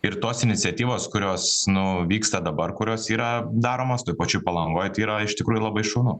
ir tos iniciatyvos kurios nu vyksta dabar kurios yra daromos toj pačioj palangoj tai yra iš tikrųjų labai šaunu